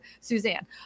Suzanne